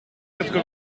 quatre